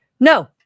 no